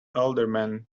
alderman